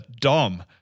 Dom